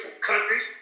countries